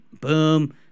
Boom